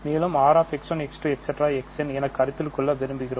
X n என கருத்தில் கொள்ள விரும்புகிறோம்